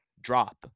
Drop